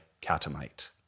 catamite